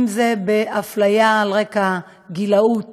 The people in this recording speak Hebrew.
אם זה באפליה על רקע גילאות